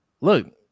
look